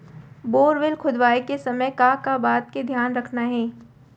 Borewell खोदवाए के समय का का बात के धियान रखना हे?